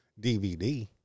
DVD